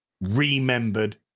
remembered